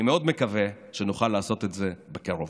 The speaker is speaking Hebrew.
אני מאוד מקווה שנוכל לעשות את זה בקרוב.